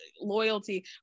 loyalty